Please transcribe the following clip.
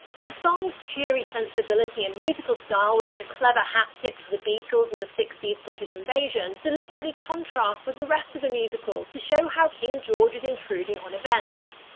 the song's cheery sensibility and musical style, which is a clever hat-tip to the beatles and the sixty s british invasion, deliberately contrasts with the rest of the musical to show how king george is intruding on events.